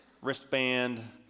wristband